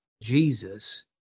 Jesus